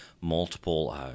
multiple